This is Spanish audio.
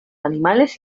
animales